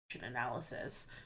analysis